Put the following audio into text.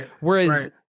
Whereas